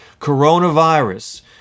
coronavirus